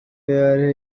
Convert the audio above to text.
where